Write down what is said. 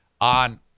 on